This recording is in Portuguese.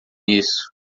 isso